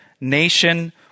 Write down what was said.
nation